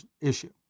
issue